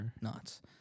Nuts